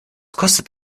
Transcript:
kostet